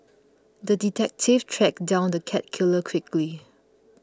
the detective tracked down the cat killer quickly